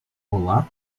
olá